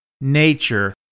nature